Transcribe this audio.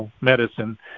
medicine